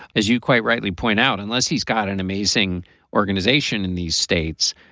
as you quite rightly point out, unless he's got an amazing organization in these states.